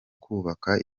kubaka